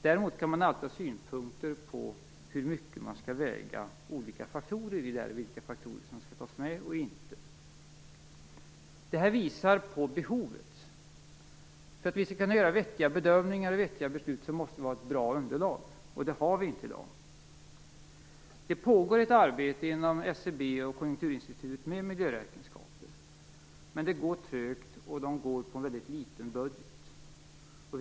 Däremot kan man alltid ha synpunkter på hur mycket man skall väga in olika faktorer i detta och vilka faktorer som skall tas med. Detta visar på behovet. För att vi skall kunna göra vettiga bedömningar och vettiga beslut behöver vi ett bra underlag, och det har vi inte i dag. Det pågår ett arbete inom SCB och Konjunkturinstitutet med miljöräkenskaper. Men det går trögt, och det har en mycket liten budget.